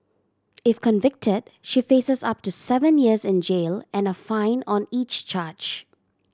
if convicted she faces up to seven years in jail and a fine on each charge